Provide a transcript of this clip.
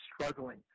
struggling